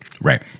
right